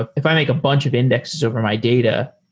ah if i make a bunch of indexes over my data,